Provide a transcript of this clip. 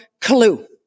clue